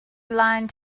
line